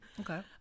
okay